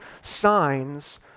signs